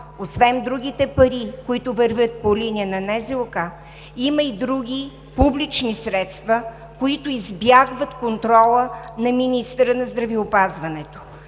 освен другите пари, които вървят по линия на НЗОК, има и други публични средства, които избягват контрола на министъра на здравеопазването.